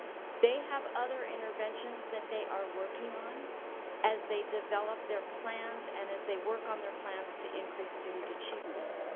they have other interventions that they are working on as they develop their plans and as they work on their plans to increase student achievement.